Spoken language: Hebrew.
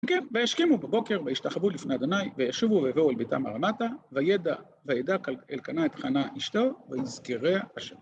כן, והשכימו בבוקר, והשתחוו לפני ה' וישובו ויבואו אל ביתם הרמתה, וידע אלקנה את חנה אשתו ויזכיריה אשר...